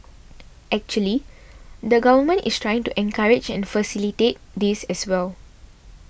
actually the Government is trying to encourage and facilitate this as well